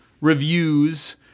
reviews